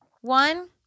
One